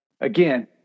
again